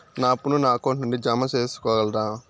నా అప్పును నా అకౌంట్ నుండి జామ సేసుకోగలరా?